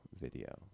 video